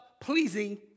pleasing